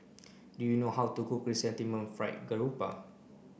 do you know how to cook Chrysanthemum Fried Garoupa